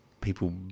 people